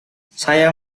saya